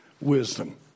wisdom